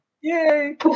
Yay